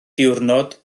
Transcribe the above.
diwrnod